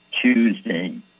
Tuesday